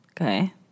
Okay